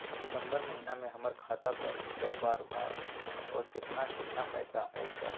सितम्बर महीना में हमर खाता पर कय बार बार और केतना केतना पैसा अयलक ह?